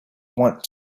want